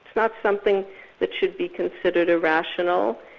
not something that should be considered irrational,